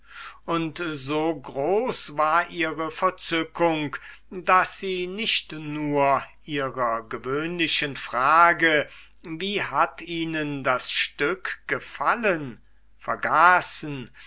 und so groß war ihre verzückung daß sie nicht nur ihrer gewöhnlichen frage wie hat ihnen das stück gefallen vergaßen